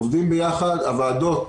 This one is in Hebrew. עובדים ביחד, הוועדות,